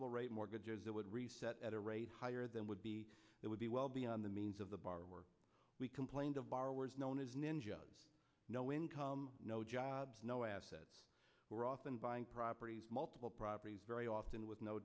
rate mortgages that would reset at a rate higher than would be it would be well beyond the means of the bar where we complained of our words known as ninjas no income no job no assets were often buying properties multiple properties very often with no